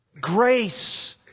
Grace